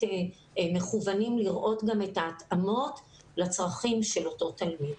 מכוונים לראות גם את ההתאמות לצרכים של אותו תלמיד.